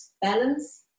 balance